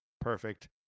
perfect